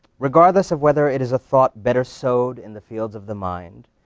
regardless of whether it is a thought better sowed in the fields of the mind,